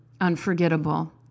unforgettable